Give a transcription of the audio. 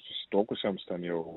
susituokusiems ten jau